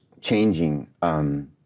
changing